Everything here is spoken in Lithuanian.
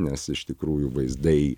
nes iš tikrųjų vaizdai